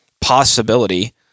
possibility